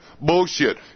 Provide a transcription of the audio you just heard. Bullshit